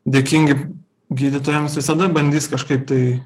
dėkingi gydytojams visada bandys kažkaip tai